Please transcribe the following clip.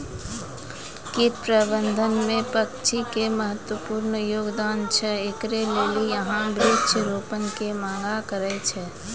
कीट प्रबंधन मे पक्षी के महत्वपूर्ण योगदान छैय, इकरे लेली यहाँ वृक्ष रोपण के मांग करेय छैय?